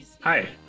Hi